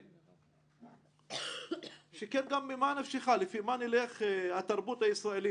מה היא חושבת עלינו וכבר אז היא פסלה אותנו מראש,